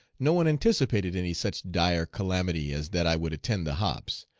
no one anticipated any such dire calamity as that i would attend the hops,